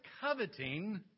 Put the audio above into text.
coveting